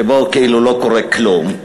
שבו כאילו לא קורה כלום,